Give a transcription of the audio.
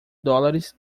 dólares